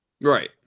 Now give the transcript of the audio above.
Right